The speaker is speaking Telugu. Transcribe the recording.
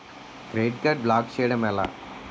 క్రెడిట్ కార్డ్ బ్లాక్ చేయడం ఎలా?